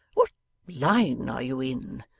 what line are you in?